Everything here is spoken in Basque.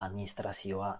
administrazioa